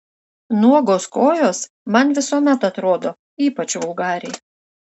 nuogos kojos man visuomet atrodo ypač vulgariai